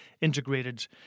integrated